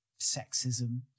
sexism